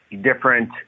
different